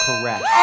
correct